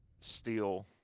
steel